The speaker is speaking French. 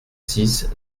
six